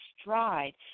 stride